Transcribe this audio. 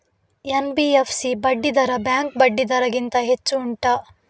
NBFC ಬಡ್ಡಿ ದರ bank ಬಡ್ಡಿ ದರ ಗಿಂತ ಹೆಚ್ಚು ಉಂಟಾ